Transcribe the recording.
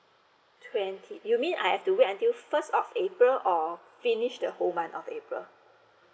twenty do you mean I have to wait until first of april or finish the whole month of april